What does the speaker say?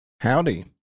Howdy